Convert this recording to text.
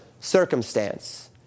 circumstance